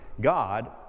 God